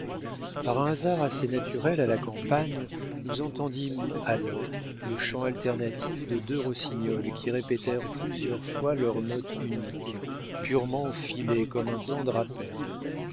par un hasard assez naturel à la campagne nous entendîmes alors le chant alternatif de deux rossignols qui répétèrent plusieurs fois leur note unique purement filée comme un tendre appel